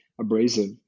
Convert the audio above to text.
abrasive